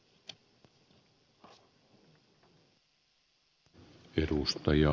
arvoisa puhemies